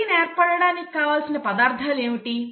protein ఏర్పడటానికి కావలసిన పదార్థాలు ఏమిటి